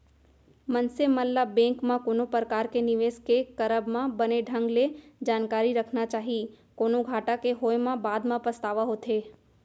मनसे मन ल बेंक म कोनो परकार के निवेस के करब म बने ढंग ले जानकारी रखना चाही, कोनो घाटा के होय म बाद म पछतावा होथे